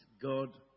God